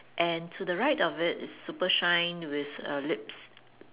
and to the right of it is super shine with err lips